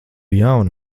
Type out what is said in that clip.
jauna